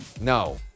No